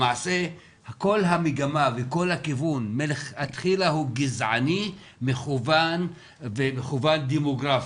למעשה כל המגמה וכל הכיוון מלכתחילה הוא גזעני ומכוון דמוגרפית,